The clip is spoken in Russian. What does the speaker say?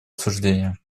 обсуждения